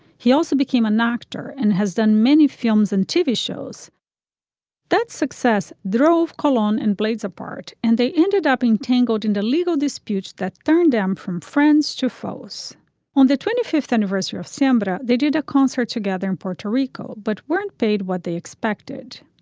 he also became a doctor and has done many films and tv shows that success drove kahlon and blades apart apart and they ended up in tangled into legal disputes that turned him from friends to focus on the twenty fifth anniversary of sambora. they did a concert together in puerto rico but weren't paid what they expected.